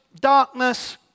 darkness